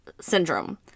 Syndrome